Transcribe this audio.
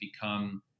become